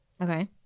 Okay